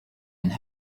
and